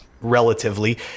relatively